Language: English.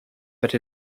but